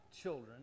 children